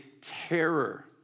terror